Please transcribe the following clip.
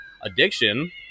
addiction